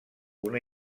una